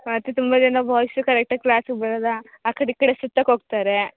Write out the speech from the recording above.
ಮತ್ತೆ ತುಂಬ ಜನ ಬಾಯ್ಸು ಕರೆಕ್ಟಾಗಿ ಕ್ಲಾಸಿಗೆ ಬರಲ್ಲ ಆ ಕಡೆ ಈ ಕಡೆ ಸುತ್ತಕೆ ಹೋಗ್ತಾರೆ